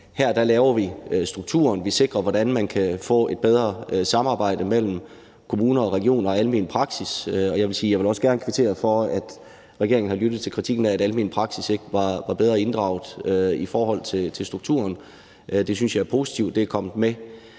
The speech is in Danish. her laver vi strukturen. Vi sikrer, hvordan man kan få et bedre samarbejde mellem kommuner, regioner og almen praksis, og jeg vil sige, at jeg da også vil kvittere for, at regeringen har lyttet til kritikken af, at almen praksis ikke var bedre inddraget i forhold til strukturen. Det synes jeg er positivt er kommet med.